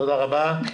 תודה רבה.